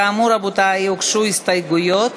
כאמור, רבותי, הוגשו הסתייגויות.